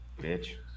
bitch